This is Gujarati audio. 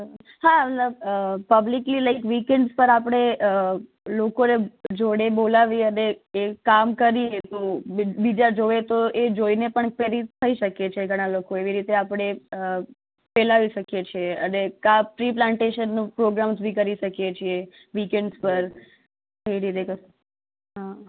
હા લ પબ્લિકલી લઈ વીકેન્ડ્સ પર આપણે અ લોકોને જોડે બોલાવી અને એ કામ કરીએ તો બી બીજા જુએ તો એ જોઈને પણ પ્રેરિત થઇ શકે છે ઘણા લોકો એવી રીતે આપણે અ ફેલાવી શકીએ છીએ અને કાં ટ્રી પ્લાન્ટેશનનો પ્રોગ્રામ્સ બી કરી શકીએ છે વીકેન્ડ્સ પર